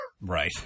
Right